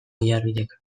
oiarbidek